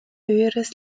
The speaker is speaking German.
höheres